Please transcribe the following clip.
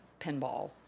pinball